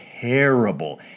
terrible